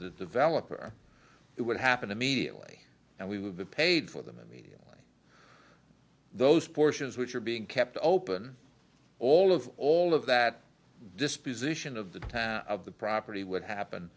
the developer it would happen immediately and we would have paid for them immediately those portions which are being kept open all of all of that disposition of the time of the property what happened